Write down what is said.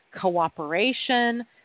cooperation